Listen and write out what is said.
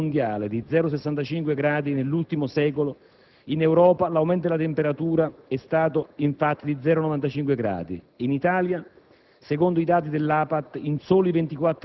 A fronte di un aumento medio della temperatura mondiale di 0,65 gradi nell'ultimo secolo, in Europa l'aumento della temperatura è stato, infatti, di 0,95 gradi. In Italia,